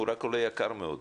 הוא רק עולה יקר מאוד.